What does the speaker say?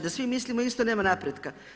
Da svi mislimo isto nema napretka.